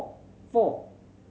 four